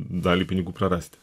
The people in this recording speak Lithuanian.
dalį pinigų prarasti